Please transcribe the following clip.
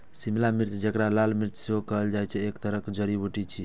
शिमला मिर्च, जेकरा लाल मिर्च सेहो कहल जाइ छै, एक तरहक जड़ी बूटी छियै